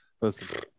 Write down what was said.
Listen